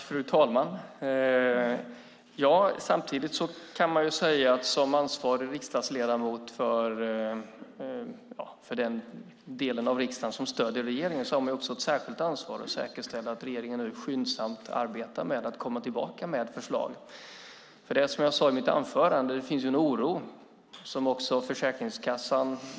Fru talman! Samtidigt kan man säga att den som är ledamot för den del av riksdagen som stöder regeringen också har ett särskilt ansvar för att säkerställa att regeringen nu skyndsamt arbetar med att komma tillbaka med förslag. Det är som jag sade i mitt anförande. Det finns en oro från Försäkringskassan.